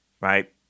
right